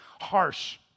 harsh